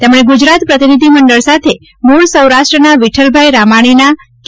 તેમણે ગુજરાત પ્રતિનિધિમંડળ સાથે મૂળ સૌરાષ્ટ્રના વિક્રલભાઇ રામાણીના કે